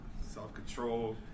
Self-control